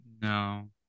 no